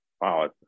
wow